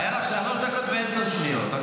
היו לך שלוש דקות ועשר שניות.